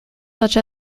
such